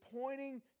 pointing